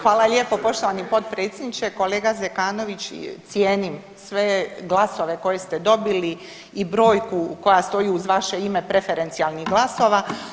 Hvala lijepo poštovani potpredsjedniče, kolega Zekanović, cijenim sve glasove koje ste dobili i brojku koja stoji uz vaše ime preferencijalnih glasova.